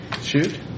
shoot